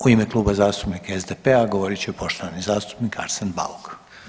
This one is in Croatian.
U ime Kluba zastupnika SDP-a govorit će poštovani zastupnik Arsen Bauk.